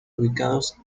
ubicados